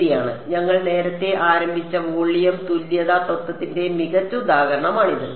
ശരിയാണ് ഞങ്ങൾ നേരത്തെ ആരംഭിച്ച വോളിയം തുല്യത തത്വത്തിന്റെ മികച്ച ഉദാഹരണമാണിത്